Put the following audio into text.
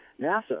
NASA